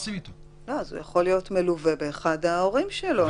הוא יכול להיות מלוּוה באחד ההורים שלו.